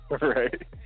Right